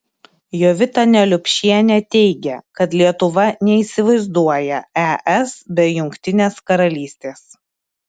jovita neliupšienė teigia kad lietuva neįsivaizduoja es be jungtinės karalystės